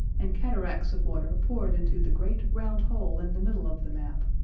and cataracts of water poured into the great round hole in the middle of the map,